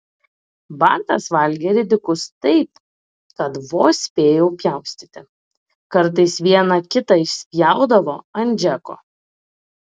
bartas valgė ridikus taip kad vos spėjau pjaustyti kartais vieną kitą išspjaudavo ant džeko